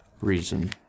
reason